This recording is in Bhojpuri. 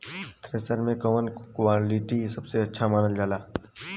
थ्रेसर के कवन क्वालिटी सबसे अच्छा मानल जाले?